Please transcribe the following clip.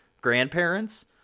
grandparents